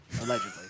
Allegedly